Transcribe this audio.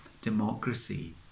democracy